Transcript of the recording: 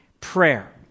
prayer